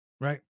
right